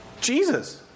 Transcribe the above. Jesus